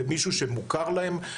למישהו שמוכר להם,